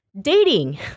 Dating